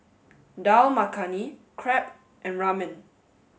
Dal Makhani Crepe and Ramen